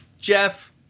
Jeff